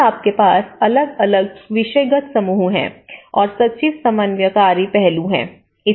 और आपके पास अलग अलग विषयगत समूह हैं और सचिव समन्वयकारी पहलू है